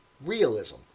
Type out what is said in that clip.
realism